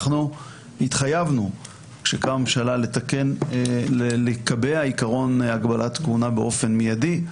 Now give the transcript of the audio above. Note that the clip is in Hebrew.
אנחנו התחייבנו כשקמה הממשלה לקבע עיקרון הגבלת כהונה באופן מידי.